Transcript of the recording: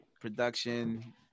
production